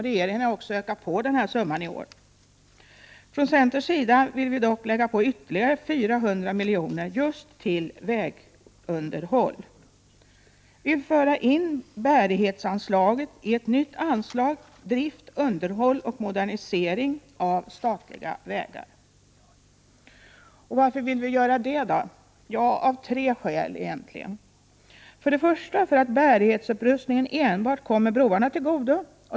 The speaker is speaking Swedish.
Regeringen har i år ökat på summan för underhåll. Från centerns sida vill vi dock lägga till ytterligare 400 milj.kr. till just vägunderhåll. Vi vill föra över bärighetsanslaget till ett nytt anslag, nämligen Drift, underhåll och modernisering av statliga vägar. Varför vill vi göra det? Det finns egentligen tre skäl. För det första kommer bärighetsupprustningen enbart broarna till godo.